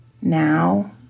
Now